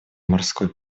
морской